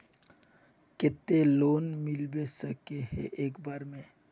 केते लोन मिलबे सके है एक बार में?